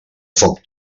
foc